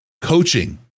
coaching